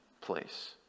place